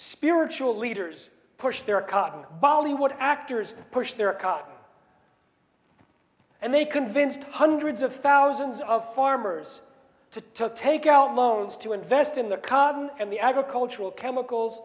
spiritual leaders push their cotton bollywood actors pushed their cars and they convinced hundreds of thousands of farmers to took take out loans to invest in the cotton and the agricultural chemicals